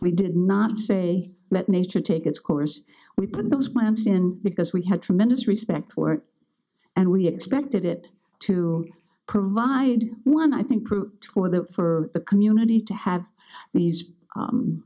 we did not say let nature take its course we put those plants in because we had tremendous respect for it and we expected it to provide one i think root for the for the community to have these